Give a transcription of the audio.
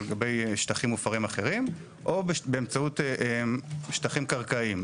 על גבי שטחים מופרים אחרים או באמצעות שטחים קרקעיים.